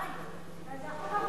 עדיין.